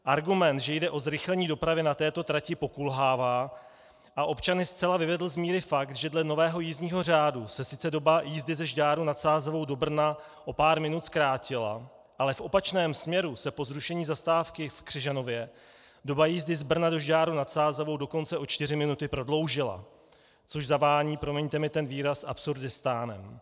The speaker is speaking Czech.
Argument, že jde o zrychlení dopravy na této trati, pokulhává, a občany zcela vyvedl z míry fakt, že dle nového jízdního řádu se sice doba jízdy ze Žďáru nad Sázavou do Brna o pár minut zkrátila, ale v opačném směru se po zrušení zastávky v Křižanově doba jízdy z Brna do Žďáru nad Sázavou dokonce o čtyři minuty prodloužila, což zavání, promiňte mi ten výraz, Absurdistánem.